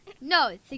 No